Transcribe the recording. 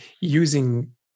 using